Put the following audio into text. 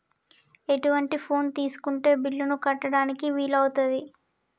ఎటువంటి ఫోన్ తీసుకుంటే బిల్లులను కట్టడానికి వీలవుతది?